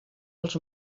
els